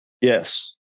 Yes